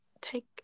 take